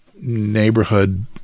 neighborhood